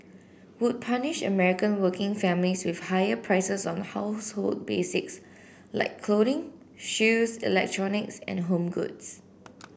would punish American working families with higher prices on household basics like clothing shoes electronics and home goods